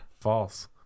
False